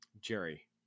Jerry